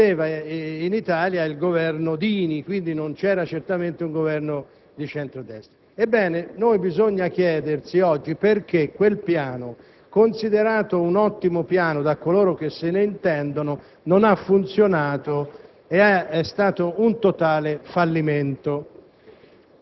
era in carica il Governo Dini e dunque certamente non un Governo di centro-destra. Ebbene, bisogna chiedersi oggi perché quello che era considerato un ottimo piano da coloro che se ne intendono non ha funzionato ed è stato un totale fallimento.